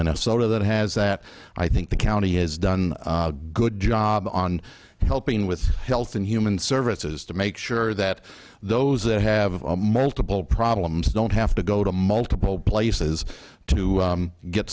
minnesota that has that i think the county has done a good job on helping with health and human services to make sure that those that have multiple problems don't have to go to multiple places to